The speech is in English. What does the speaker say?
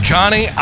Johnny